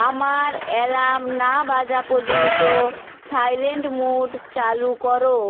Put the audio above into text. আমার অ্যালার্ম না বাজা পর্যন্ত সাইলেন্ট মোড চালু করো